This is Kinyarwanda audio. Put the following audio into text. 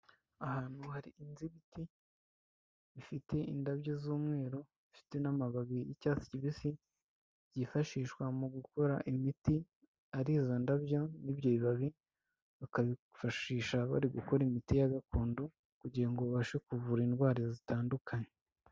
Ahantu hari ibiti bifite indabyo z'umweru bifite n'amababi y'icyatsi kibisi byifashishwa mu gukora imiti, ari izo ndabyo n' ibyo bibabi bakabyifashisha bari gukora imiti ya gakondo kugirango babashe kuvura indwara zitandukanye.